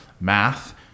math